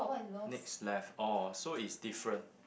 next left oh so it's different